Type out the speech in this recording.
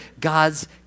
god's